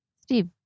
Steve